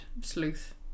sleuth